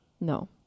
No